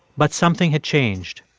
but something had changed.